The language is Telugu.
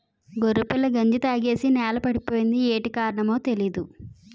గొర్రెపిల్ల గంజి తాగేసి నేలపడిపోయింది యేటి కారణమో తెలీదు